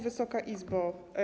Wysoka Izbo!